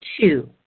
Two